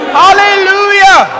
hallelujah